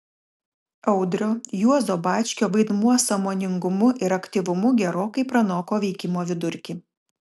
audrio juozo bačkio vaidmuo sąmoningumu ir aktyvumu gerokai pranoko veikimo vidurkį